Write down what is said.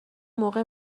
موقع